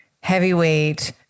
heavyweight